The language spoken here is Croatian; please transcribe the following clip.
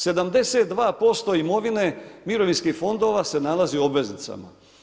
72% imovine mirovinskih fondova se nalazi u obveznicama.